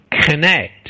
connect